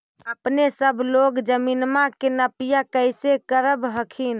अपने सब लोग जमीनमा के नपीया कैसे करब हखिन?